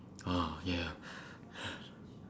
ah yeah